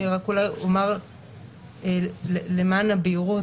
אני רק אומר למען הבהירות,